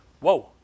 Whoa